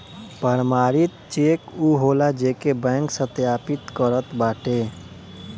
प्रमाणित चेक उ होला जेके बैंक सत्यापित करत बाटे